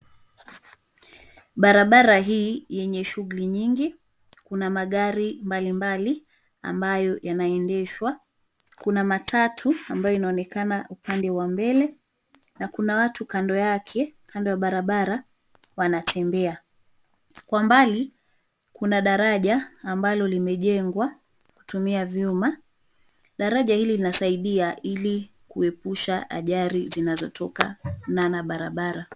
Barabara hii yenye shughuli nyingi, kuna magari mbalimbali, ambayo yanaendeshwa, kuna matatu ambayo inaonekana upande wa mbele, na kuna watu kando yake, kando ya barabara, wanatembea. Kwa mbali, kuna daraja ambalo limejengwa, kutumia vyuma, daraja hili linasaidia ili kuepusha ajali zinazotokana na barabara.